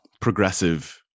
progressive